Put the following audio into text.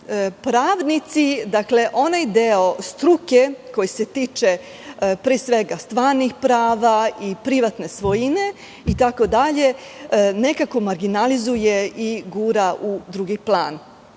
pravnici, onaj deo struke koji se tiče pre svega stvarnih prava i privatne svojine itd, nekako marginalizuje i gura u drugi plan.